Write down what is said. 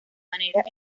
maneras